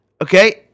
Okay